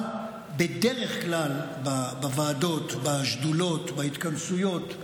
אבל בדרך כלל בוועדות, בשדולות, בהתכנסויות,